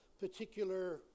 particular